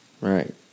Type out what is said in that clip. Right